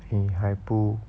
你还不